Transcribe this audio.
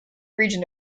region